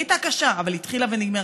היא הייתה קשה, אבל היא התחילה ונגמרה.